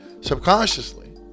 subconsciously